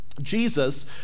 Jesus